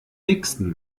nächsten